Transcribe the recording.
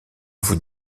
vous